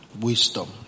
Wisdom